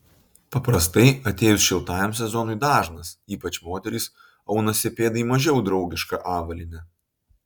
paprastai atėjus šiltajam sezonui dažnas ypač moterys aunasi pėdai mažiau draugišką avalynę